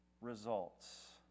results